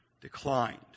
declined